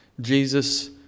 Jesus